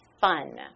fun